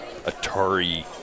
Atari